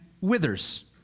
withers